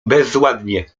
bezładnie